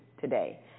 today